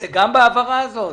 זה גם בהעברה הזאת?